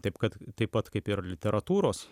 taip kad taip pat kaip ir literatūros